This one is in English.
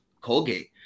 Colgate